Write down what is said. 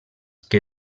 que